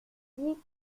dit